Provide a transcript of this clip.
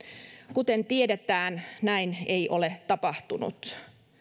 kuten tiedetään näin ei ole tapahtunut